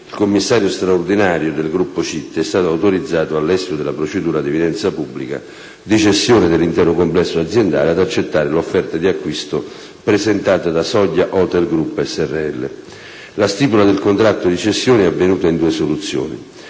il commissario straordinario del gruppo CIT è stato autorizzato, all'esito della procedura ad evidenza pubblica di cessione dell'intero complesso aziendale, ad accettare l'offerta di acquisto presentata da Soglia Hotel Group s.r.l. La stipula del contratto di cessione è avvenuta in due soluzioni.